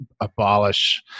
Abolish